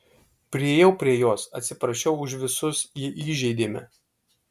priėjau prie jos atsiprašiau už visus jei įžeidėme